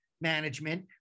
management